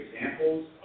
examples